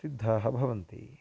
सिद्धाः भवन्ति